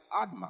Adma